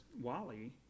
Wally